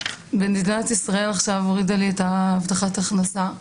מדינת ישראל עכשיו הורידה לי את הבטחת ההכנסה,